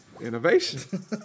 Innovation